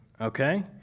okay